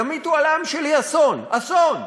ימיטו על העם שלי אסון, אסון.